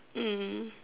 mm